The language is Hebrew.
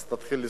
אז תתחיל לספור.